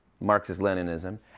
Marxist-Leninism